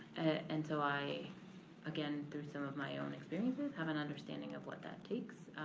and so i again through some of my own experiences have an understanding of what that takes.